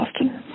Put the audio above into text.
Austin